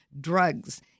drugs